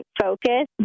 focus